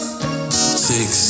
Six